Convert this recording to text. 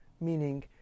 meaning